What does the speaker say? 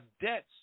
debts